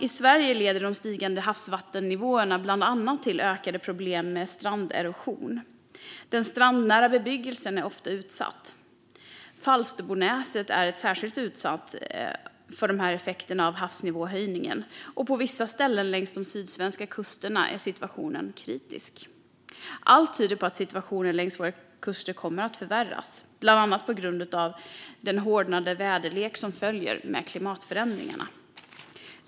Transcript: I Sverige leder de stigande havsnivåerna bland annat till ökande problem med stranderosion. Den strandnära bebyggelsen är ofta utsatt. Falsterbonäset är särskilt utsatt för effekterna av havsnivåhöjningen, och på vissa ställen längs de sydsvenska kusterna är situationen kritisk. Allt tyder på att situationen längs våra kuster kommer att förvärras, bland annat på grund av den hårdare väderlek som följer med klimatförändringarna.